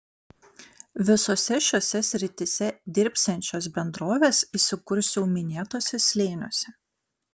visose šiose srityse dirbsiančios bendrovės įsikurs jau minėtuose slėniuose